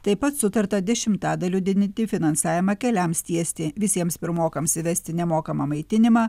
taip pat sutarta dešimtadaliu didinti finansavimą keliams tiesti visiems pirmokams įvesti nemokamą maitinimą